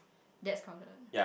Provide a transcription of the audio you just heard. that's crowded